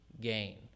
gain